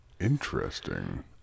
Interesting